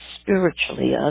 spiritually